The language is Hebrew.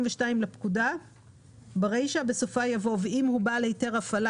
מה שבטוח זה שגם אם הייתי,